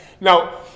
Now